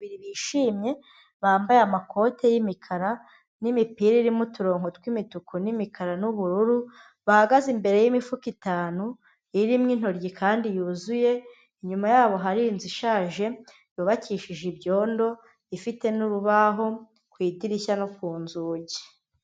Babiri bishimye bambaye amakoti y'imikara n'imipira irimo uturongo tw'imituku n'imikara n'ubururu, bahagaze imbere y'imifuka itanu, irimo intoryi kandi yuzuye, inyuma yabo hari inzu ishaje, yubakishije ibyondo, ifite n'urubaho ku idirishya no ku nzugi.